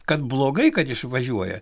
kad blogai kad išvažiuoja